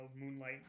Moonlight